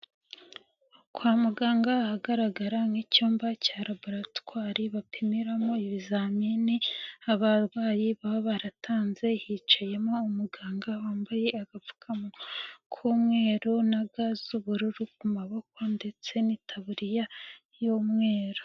Kwa muganga ahagaragara icyumba cya raboratwari bapimiramo ibizamini abarwayi baba baratanze, hicayemo umuganga wambaye agapfukamunwa k'umweru na ga z'ubururu ku maboko ndetse n'itaburiya y'umweru.